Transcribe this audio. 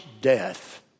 death